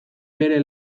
bere